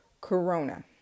corona